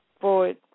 forward